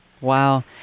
Wow